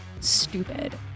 Stupid